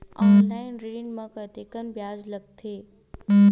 Online ऋण म कतेकन ब्याज लगथे?